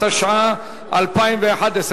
התשע"א 2011,